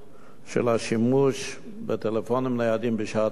של השימוש בטלפונים ניידים בשעת השיעור.